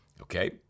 okay